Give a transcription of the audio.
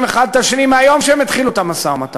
אחד את השני מהיום שהם התחילו את המשא-ומתן